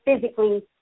physically